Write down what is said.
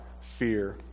fear